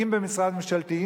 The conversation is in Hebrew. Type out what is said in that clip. אם במשרד ממשלתי,